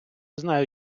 знаю